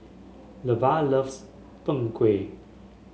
Levar loves Png Kueh